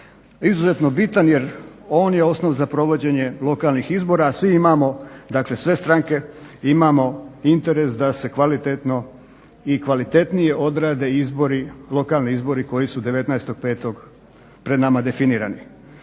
izuzetno bitan jer on je osnovica za provođenje lokalnih izbora a svi imamo dakle sve stranke imamo interes da se kvalitetno i kvalitetnije odrade izbori, lokalni izbori koji su 19. 05. pred nama definirani.